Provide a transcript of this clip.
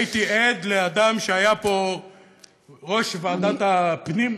הייתי עד לאדם שהיה פה יושב-ראש ועדת הפנים,